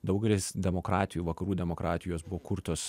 daugelis demokratijų vakarų demokratijų jos buvo kurtos